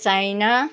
China